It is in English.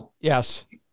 yes